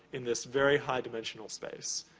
in this very high-dimensional space.